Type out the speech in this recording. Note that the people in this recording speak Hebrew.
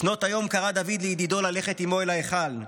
לפנות היום קרא דוד לידידו ללכת עמו אל ההיכל.